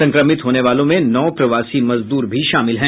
संक्रमित होने वालों में नौ प्रवासी मजदूर भी शामिल हैं